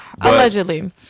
Allegedly